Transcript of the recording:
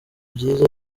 byiza